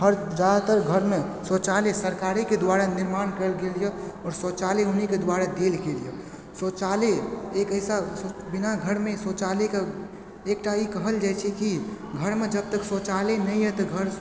हर जादातर घरमे शौचालय सरकारेके दुआरा निर्माण कयल गेल यऽ आओर शौचालय उन्हीके दुआरा देल गेल यऽ शौचालय एक ऐसा बिना घरमे शौचालयके एकटा ई कहल जाइ छै कि घरमे जब तक शौचालय नहि अछि तऽ घर